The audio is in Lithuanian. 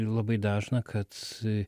ir labai dažna kad